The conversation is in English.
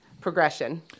progression